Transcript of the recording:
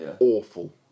awful